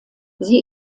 sie